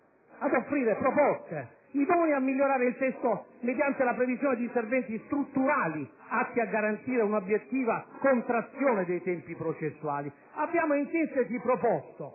ad offrire proposte idonee a migliorare il testo mediante la previsione di interventi strutturali atti a garantire un'obiettiva contrazione dei tempi processuali. Abbiamo in sintesi proposto